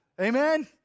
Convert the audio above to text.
amen